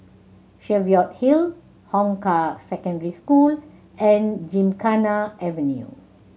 Cheviot Hill Hong Kah Secondary School and Gymkhana Avenue